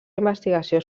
investigació